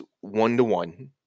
one-to-one